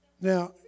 Now